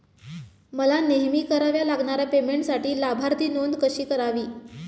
मला नेहमी कराव्या लागणाऱ्या पेमेंटसाठी लाभार्थी नोंद कशी करावी?